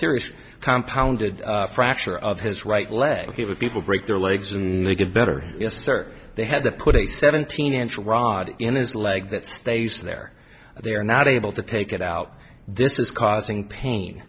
serious compound fracture of his right leg it was people break their legs and they get better yes sir they had to put a seventeen inch rod in his leg that stays there they are not able to take it out this is causing pain